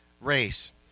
race